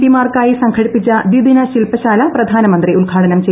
P മാർക്കായി സംഘടിപ്പിച്ച ദിദിന ശിൽപശാല പ്രധാനമന്ത്രി ഉദ്ഘാടനം ചെയ്തു